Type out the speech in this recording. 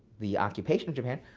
the occupation of japan.